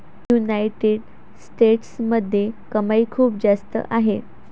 United स्टेट्समध्ये कमाई खूप जास्त आहे